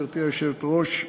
גברתי היושבת-ראש,